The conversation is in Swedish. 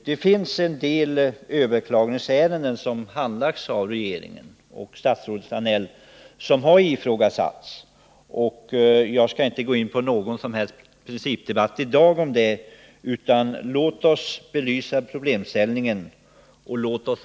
Det finns en del av statsrådet Danell handlagda överklagningsärenden som har ifrågasatts. Jag skall inte gå in på någon principdebatt om det i dag. Vad som är angeläget är att problemställningen belyses.